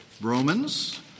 Romans